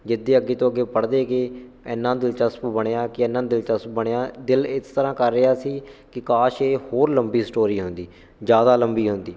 ਜਿੱਦੇ ਅੱਗੇ ਤੋਂ ਅੱਗੇ ਪੜ੍ਹਦੇ ਗਏ ਇੰਨਾ ਦਿਲਚਸਪ ਬਣਿਆ ਕਿ ਇੰਨਾ ਦਿਲਚਸਪ ਬਣਿਆ ਦਿਲ ਇਸ ਤਰ੍ਹਾਂ ਕਰ ਰਿਹਾ ਸੀ ਕਿ ਕਾਸ਼ ਇਹ ਹੋਰ ਲੰਬੀ ਸਟੋਰੀ ਹੁੰਦੀ ਜ਼ਿਆਦਾ ਲੰਬੀ ਹੁੰਦੀ